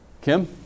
Kim